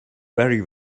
very